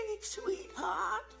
sweetheart